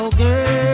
girl